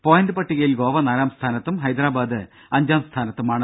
point പട്ടികയിൽ ഗോവ നാലാം സ്ഥാനത്തും ഹൈദരാബാദ് അഞ്ചാം സ്ഥാനത്തുമാണ്